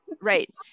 Right